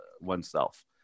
oneself